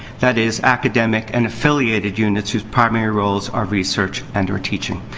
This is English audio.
that is, academic and affiliated units whose primary roles are research and or teaching.